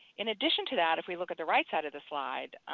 in addition to that, if we look at the right side of the slide,